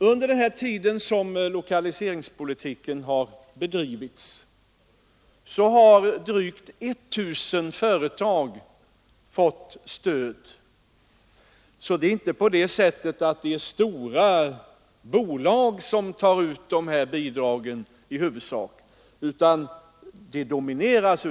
Under den tid som lokaliseringspolitiken bedrivits har drygt 1 000 företag fått stöd. Det är inte i huvudsak stora bolag som tar ut de här bidragen, utan det är små företag som dominerar.